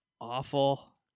awful